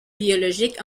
biologique